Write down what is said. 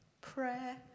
Prayer